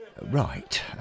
Right